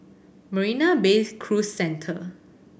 Marina Bay Cruise Centre